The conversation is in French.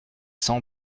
cents